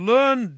Learn